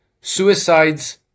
Suicides